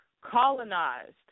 colonized